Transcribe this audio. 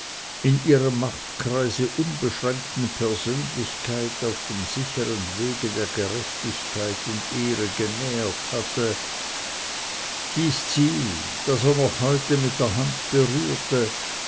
in ihrem machtkreise unbeschränkten persönlichkeit auf dem sichern wege der gerechtigkeit und ehre genähert hatte dies ziel das er noch heute mit der hand berührte